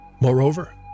Moreover